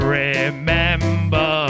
remember